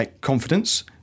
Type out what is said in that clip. confidence